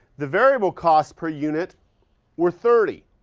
the variable cost per unit were thirty.